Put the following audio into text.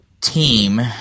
team